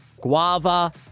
guava